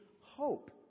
hope